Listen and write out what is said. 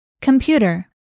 Computer